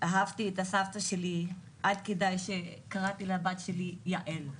אהבתי את הסבתא שלי עד כדי כך שקראתי לבת שלי יעל,